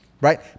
right